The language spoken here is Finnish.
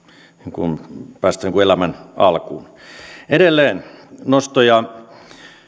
elämän alkuun edelleen nostoja